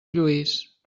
lluís